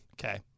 Okay